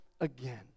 again